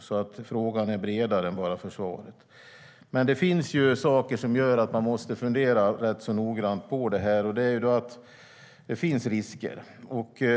Frågan är alltså bredare än bara försvaret. Men det finns saker som gör att man måste fundera rätt noggrant på det här. Det finns risker.